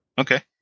Okay